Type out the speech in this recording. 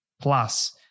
plus